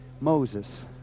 Moses